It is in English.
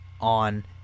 on